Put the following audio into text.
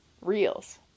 reels